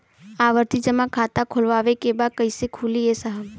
आवर्ती जमा खाता खोलवावे के बा कईसे खुली ए साहब?